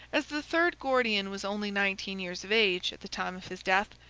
as the third gordian was only nineteen years of age at the time of his death,